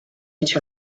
each